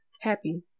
happy